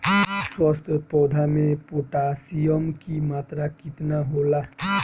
स्वस्थ पौधा मे पोटासियम कि मात्रा कितना होला?